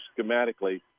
schematically